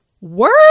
Word